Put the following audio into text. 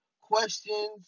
Questions